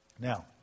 Now